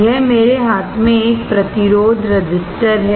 यह मेरे हाथ में एक प्रतिरोध है